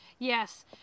Yes